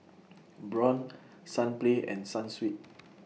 Braun Sunplay and Sunsweet